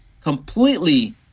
completely